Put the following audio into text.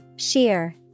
Sheer